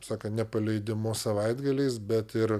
sakant nepaleidimo savaitgaliais bet ir